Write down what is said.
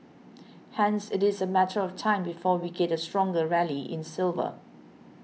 hence it is a matter of time before we get a stronger rally in silver